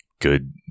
good